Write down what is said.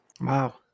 wow